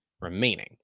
remaining